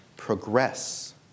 Progress